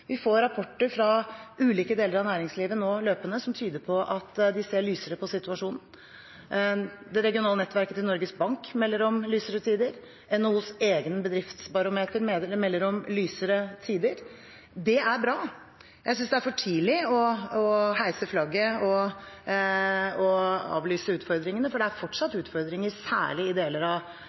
Vi får nå løpende rapporter fra ulike deler av næringslivet som tyder på at de ser lysere på situasjonen. Det regionale nettverket til Norges Bank melder om lysere tider, NHOs eget bedriftsbarometer melder om lysere tider. Det er bra. Jeg synes det er for tidlig å heise flagget og avlyse utfordringene, for det er fortsatt utfordringer, særlig i deler av Sør- og Vestlandet, men det